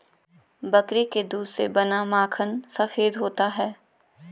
बकरी के दूध से बना माखन सफेद होता है